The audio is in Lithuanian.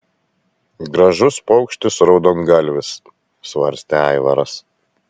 gražus paukštis raudongalvis svarstė aivaras